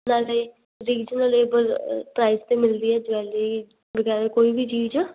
ਨਾਲੇ reasonable price 'ਤੇ ਮਿਲਦੀ ਆ ਜਵੈਲਰੀ ਵਗੈਰਾ ਕੋਈ ਵੀ ਚੀਜ਼